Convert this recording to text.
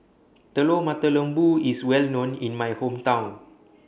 Telur Mata Lembu IS Well known in My Hometown